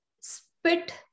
spit